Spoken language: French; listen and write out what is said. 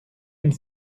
une